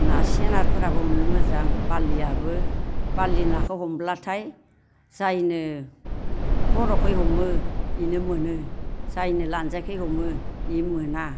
ना सेनारफोराबो हमनो मोजां बारलियाबो बारलि नाखौ हमब्लाथाय जायनो खर'खै हमो बेनो मोनो जायनो लान्जायखै हमो बियो मोना